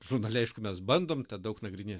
žurnale aišku mes bandom daug nagrinėt